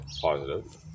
positive